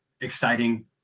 exciting